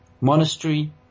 monastery